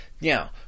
Now